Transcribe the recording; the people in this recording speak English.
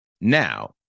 Now